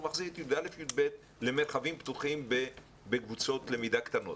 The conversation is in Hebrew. מחזיר את י"א-י"ב למרחבים פתוחים בקבוצות למידה קטנות.